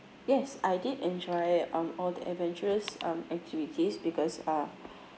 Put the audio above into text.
yes I did enjoy um all the adventurous um activities because uh